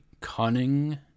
cunning